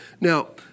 Now